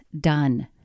done